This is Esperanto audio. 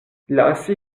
lasi